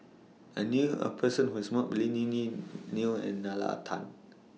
I knew A Person Who has Met Both Lily Neo and Nalla Tan